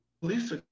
police